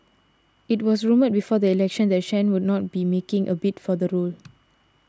it was rumoured before the election that Chen will not be making a bid for the role